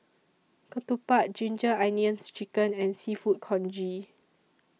Ketupat Ginger Onions Chicken and Seafood Congee